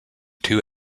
two